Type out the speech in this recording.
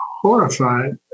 horrified